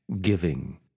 giving